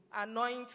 anoint